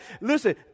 Listen